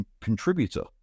contributor